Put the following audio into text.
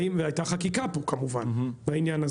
האם הייתה פה חקיקה בעניין הזה?